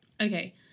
Okay